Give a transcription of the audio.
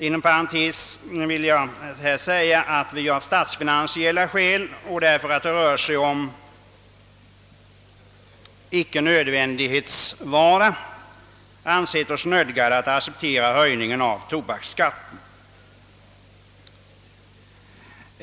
Inom parentes vill jag säga, att vi av statsfinansiella skäl och eftersom det inte rör sig om en nödvändighetsvara ansett oss nödsakade att acceptera den föreslagna höjningen av tobaksskatten.